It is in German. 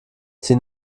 sie